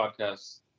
podcast